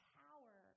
power